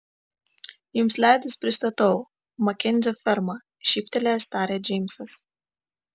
jums leidus pristatau makenzio ferma šyptelėjęs tarė džeimsas